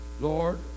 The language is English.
Lord